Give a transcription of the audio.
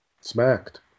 smacked